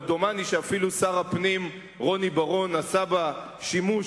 אבל דומני שאפילו שר הפנים רוני בר-און עשה בה שימוש,